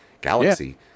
Galaxy